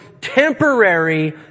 temporary